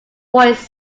voice